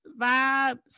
vibes